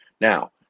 Now